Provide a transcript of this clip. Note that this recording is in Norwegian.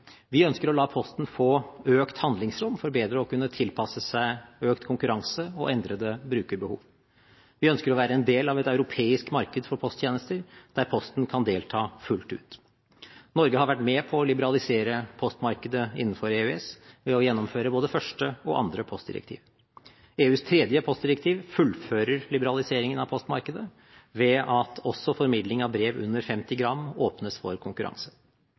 Vi ønsker å la Posten få økt handlingsrom for bedre å kunne tilpasse seg økt konkurranse og endrede brukerbehov. Vi ønsker å være del av et europeisk marked for posttjenester der Posten kan delta fullt ut. Norge har vært med på å liberalisere postmarkedet innenfor EØS ved å gjennomføre både første og andre postdirektiv. EUs tredje postdirektiv fullfører liberaliseringen av postmarkedet ved at det også for formidling av brev under 50 gram åpnes for konkurranse.